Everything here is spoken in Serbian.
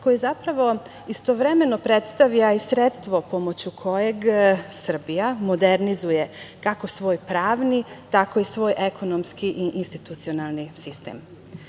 koji zapravo istovremeno predstavlja i sredstvo pomoću kojeg Srbija modernizuje kako svoj pravni, tako i svoj ekonomski i institucionalni